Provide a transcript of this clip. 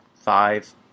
five